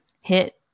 hit